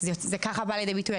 כך זה בא לידי ביטוי.